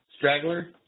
straggler